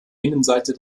innenseite